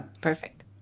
Perfect